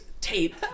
tape